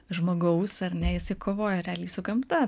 žmogaus ar ne jisai kovoja realiai su gamta